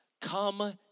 come